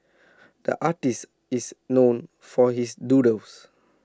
the artist is known for his doodles